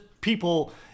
people